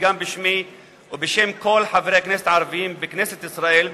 בשמי ובשם כל חברי הכנסת הערבים בכנסת ישראל,